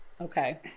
Okay